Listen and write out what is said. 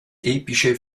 epische